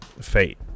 Fate